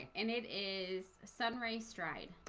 and it is summary stride